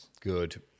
Good